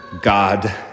God